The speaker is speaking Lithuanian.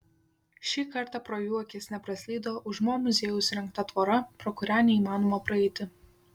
šį kartą pro jų akis nepraslydo už mo muziejaus įrengta tvora pro kurią neįmanoma praeiti